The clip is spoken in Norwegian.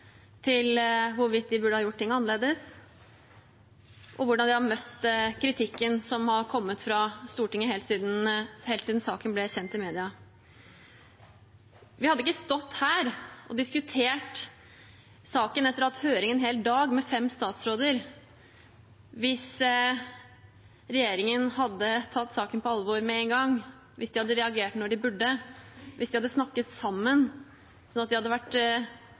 til hvorvidt de burde ha gjort ting annerledes, og hvordan de har møtt kritikken som har kommet fra Stortinget helt siden saken ble kjent i media. Vi hadde ikke stått her og diskutert saken etter å ha hatt høring en hel dag med fem statsråder hvis regjeringen hadde tatt saken på alvor med en gang, hvis de hadde reagert når de burde, hvis de hadde snakket sammen, sånn at de hadde vært